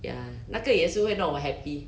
ya 那个也是会弄我 happy